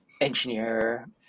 engineer